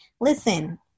Listen